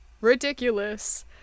ridiculous